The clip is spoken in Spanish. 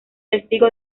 testigo